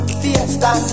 fiesta